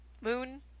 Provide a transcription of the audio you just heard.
moon